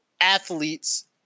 athletes